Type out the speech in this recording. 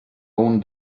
own